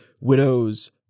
Widows